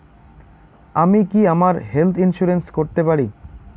আমি কি আমার হেলথ ইন্সুরেন্স করতে পারি?